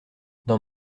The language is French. dans